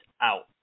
out